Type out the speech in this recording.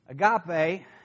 Agape